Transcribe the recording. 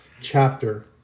chapter